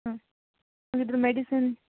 ಹಾಂ ಹಾಗಾದರೆ ಮೆಡಿಸಿನ್